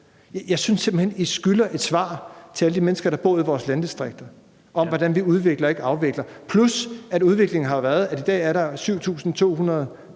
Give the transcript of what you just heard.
Jeg synes simpelt hen, at I skylder et svar til alle de mennesker, der bor ude i vores landdistrikter, på, hvordan vi kan udvikle og ikke afvikle. Derudover vil jeg sige, at udviklingen jo har betydet, at i dag er der 7.200